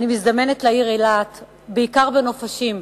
אני מזדמנת לעיר אילת בעיקר בנופשים,